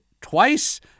twice